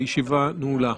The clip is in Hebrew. הישיבה נעולה.